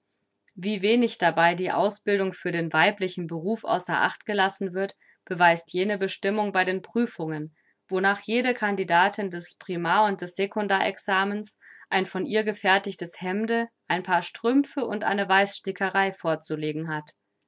wie wenig dabei die ausbildung für den weiblichen beruf außer acht gelassen wird beweist jene bestimmung bei den prüfungen wonach jede candidatin des primar und des sekundar examens ein von ihr gefertigtes hemde ein paar strümpfe und eine weißstickerei vorzulegen hat